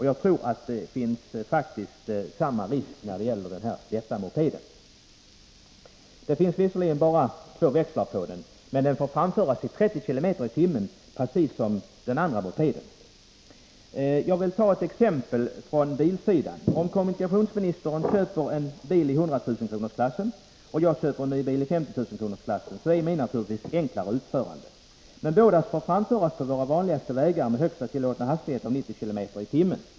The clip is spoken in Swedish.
Jag tror faktiskt att det finns samma risk när det gäller den lätta mopeden. Visserligen har den bara två växlar, men den får framföras med en hastighet av 30 km tim.